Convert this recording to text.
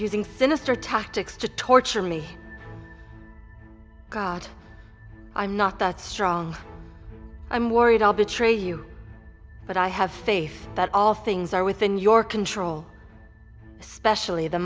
using finisterre tactics to torture me god i'm not that strong i'm worried i'll betray you but i have faith that all things are within your control especially the